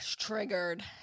triggered